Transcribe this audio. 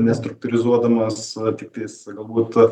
nestruktūrizuodamas tiktais galbūt